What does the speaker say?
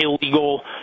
illegal